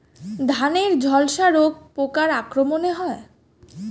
ধানের ঝলসা রোগ পোকার আক্রমণে হয়?